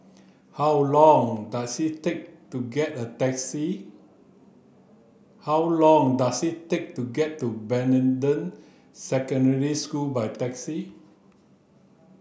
how long does it take to get the taxi how long does it take to get to Secondary School by taxi